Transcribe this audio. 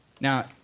Now